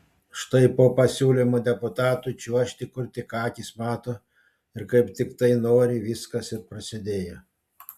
štai po pasiūlymo deputatui čiuožti kur tik akys mato ir kaip tik tai nori viskas ir prasidėjo